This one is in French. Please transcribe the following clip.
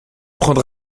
prendre